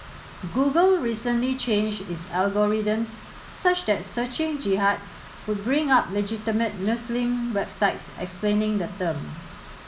Google recently changed its algorithms such that searching Jihad would bring up legitimate Muslim websites explaining the term